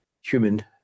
human